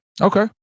okay